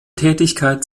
tätigkeit